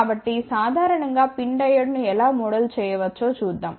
కాబట్టి సాధారణం గా PIN డయోడ్ను ఎలా మోడల్ చేయవచ్చో చూద్దాం